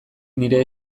nire